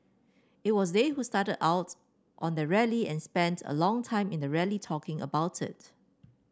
it was they who started out on their rally and spent a long time in the rally talking about it